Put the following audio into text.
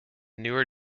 newer